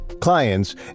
clients